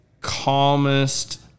calmest